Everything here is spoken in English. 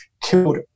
killed